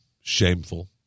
Shameful